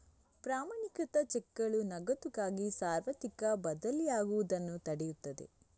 ಪ್ರಮಾಣೀಕೃತ ಚೆಕ್ಗಳು ನಗದುಗಾಗಿ ಸಾರ್ವತ್ರಿಕ ಬದಲಿಯಾಗುವುದನ್ನು ತಡೆಯುತ್ತದೆ